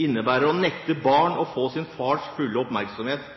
innebærer å nekte barn å få sin fars fulle oppmerksomhet